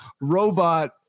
robot